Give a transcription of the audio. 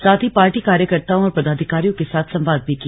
साथ ही पार्टी कार्यकर्ताओं और पदाधिकारियों के साथ संवाद भी किया